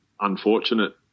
unfortunate